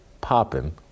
popping